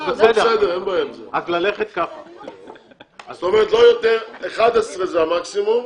זאת אומרת, 11 זה המקסימום.